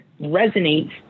resonates